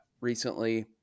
recently